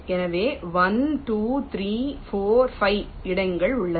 எனவே 1 2 3 4 5 இடங்கள் உள்ளன